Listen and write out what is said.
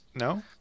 No